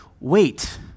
wait